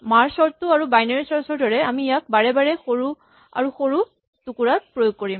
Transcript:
merge sort আৰু binary search ৰ দৰে আমি ইয়াক বাৰে বাৰে সৰু আৰু সৰু টুকুৰাত প্ৰয়োগ কৰিম